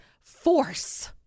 Force